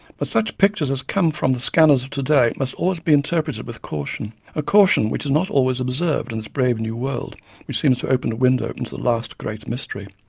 but such pictures as come from the scanners of today must always be interpreted with caution, a caution which is not always observed in this brave new world which seems to open a window into the last great mystery.